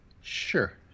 Sure